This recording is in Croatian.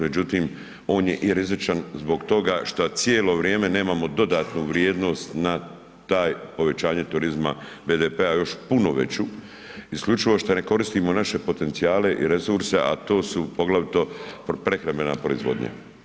Međutim, on je i rizičan zbog toga šta cijelo vrijeme nemamo dodatnu vrijednost na taj povećanje turizma BDP-a još puno veću, isključivo što ne koristimo naše potencijale i resurse, a to su poglavito prehrambena proizvodnja.